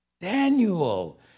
Daniel